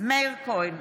מאיר כהן,